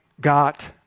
got